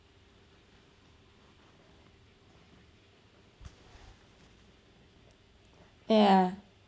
yeah